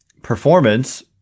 Performance